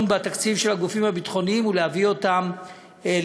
בתקציב של הגופים הביטחוניים ולהביא אותו לאישור,